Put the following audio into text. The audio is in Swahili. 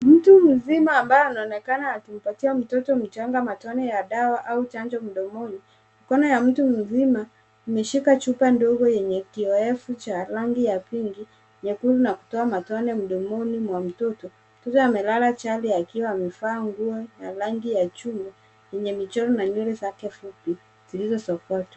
Mtu mzima ambaye anaonekana akimpatia mtoto mchanga matone ya dawa au chanjo mdomoni. Mikono ya mtu mzima, imeshika chupa ndogo yenye kioevu cha rangi ya pink nyekundu na kutoa matone mdomoni mwa mtoto. Mtoto amelala chali akiwa amevaa nguo na rangi ya chumvi yenye mchoro na nywele zake fupi zilizosokotwa.